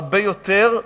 הרבה יותר,